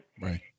Right